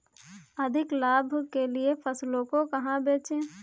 अधिक लाभ के लिए फसलों को कहाँ बेचें?